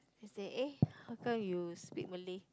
say eh how come you speak Malay